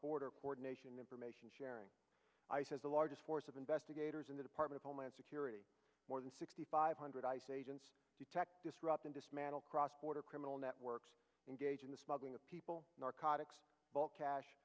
border coordination information sharing ice as the largest force of investigators in the department of homeland security more than sixty five hundred ice agents detect disrupt and dismantle cross border criminal networks engage in the smuggling of people narcotics bulk cash